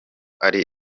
ari